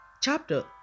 chapter